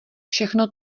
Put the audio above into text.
všechno